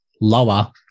lower